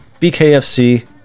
BKFC